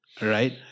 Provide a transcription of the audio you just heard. Right